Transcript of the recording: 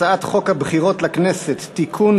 הצעת חוק הבחירות לכנסת (תיקון,